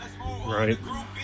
right